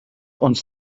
uns